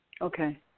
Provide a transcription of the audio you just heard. Okay